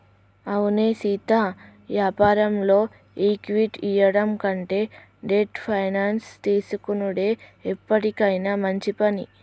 అవునే సీతా యాపారంలో ఈక్విటీ ఇయ్యడం కంటే డెట్ ఫైనాన్స్ తీసుకొనుడే ఎప్పటికైనా మంచి పని